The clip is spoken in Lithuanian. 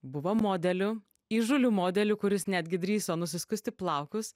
buvo modeliu įžūliu modelių kuris netgi drįso nusiskusti plaukus